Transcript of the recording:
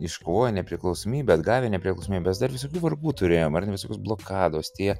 iškovoję nepriklausomybę atgavę nepriklausomybę mes dar visokių vargų turėjome ar ne visokios blokados tie